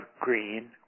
green